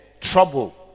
trouble